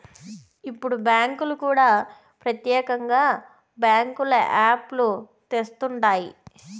ఇప్పుడు బ్యాంకులు కూడా ప్రత్యేకంగా బ్యాంకుల యాప్ లు తెస్తండాయి